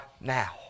now